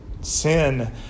Sin